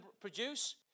produce